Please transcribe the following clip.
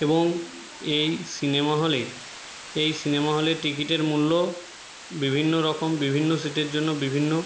এবং এই সিনেমা হলে এই সিনেমা হলে টিকিটের মূল্য বিভিন্ন রকম বিভিন্ন সিটের জন্য বিভিন্ন